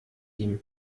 ihm